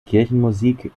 kirchenmusik